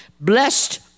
Blessed